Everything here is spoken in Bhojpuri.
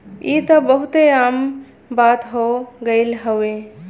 ई त बहुते आम बात हो गइल हउवे